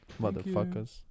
Motherfuckers